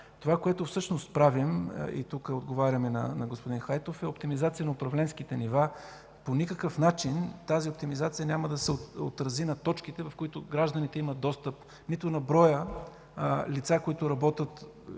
Това, което всъщност правим, и тук отговарям на господин Хайтов, е оптимизация на управленските нива. По никакъв начин тя няма да се отрази на точките, в които гражданите имат достъп, нито на броя лица, които работят